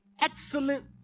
excellent